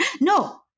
No